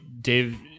Dave